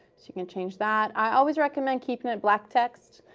so you can change that. i always recommend keeping it black text,